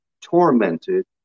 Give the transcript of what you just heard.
tormented